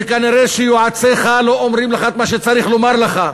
וכנראה יועציך לא אומרים לך את מה שצריך לומר לך.